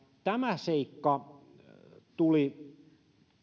tämä seikka tuli